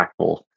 impactful